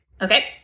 Okay